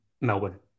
Melbourne